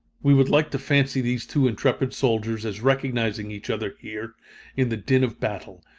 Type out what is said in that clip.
we would like to fancy these two intrepid soldiers as recognizing each other here in the din of battle.